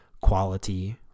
quality